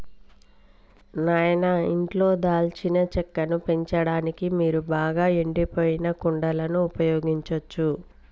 నాయిన ఇంట్లో దాల్చిన చెక్కను పెంచడానికి మీరు బాగా ఎండిపోయిన కుండలను ఉపయోగించచ్చు